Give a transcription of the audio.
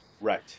Right